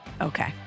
Okay